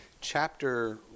chapter